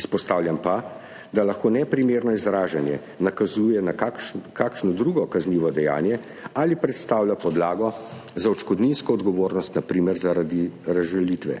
izpostavljam pa, da lahko neprimerno izražanje nakazuje na kakšno drugo kaznivo dejanje ali predstavlja podlago za odškodninsko odgovornost, na primer zaradi razžalitve.